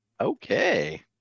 Okay